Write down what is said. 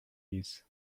wind